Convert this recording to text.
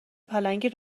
پلنگی